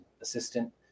assistant